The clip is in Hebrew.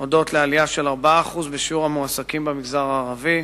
הודות לעלייה של 4% בשיעור המועסקים במגזר הערבי.